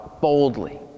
boldly